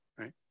right